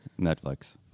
Netflix